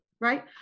Right